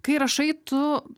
kai rašai tu